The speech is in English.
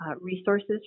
resources